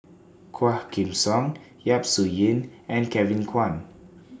Quah Kim Song Yap Su Yin and Kevin Kwan